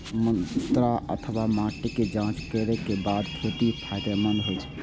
मृदा अथवा माटिक जांच करैक बाद खेती फायदेमंद होइ छै